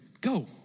go